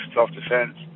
self-defense